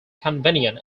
convenient